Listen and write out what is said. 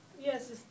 Yes